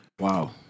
Wow